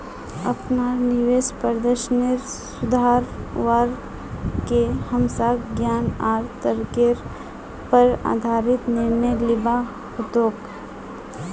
अपनार निवेश प्रदर्शनेर सुधरवार के हमसाक ज्ञान आर तर्केर पर आधारित निर्णय लिबा हतोक